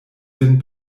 vin